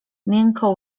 miękko